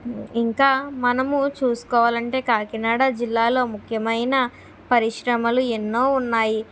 ఇంకా మనము చూసుకోవాలంటే కాకినాడ జిల్లాలో ముఖ్యమైన పరిశ్రమలు ఎన్నో ఉన్నాయి